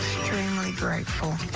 extremely grateful